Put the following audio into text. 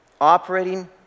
Operating